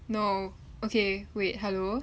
no okay wait hello